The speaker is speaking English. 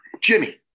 Jimmy